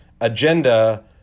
agenda